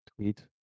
tweet